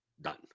Done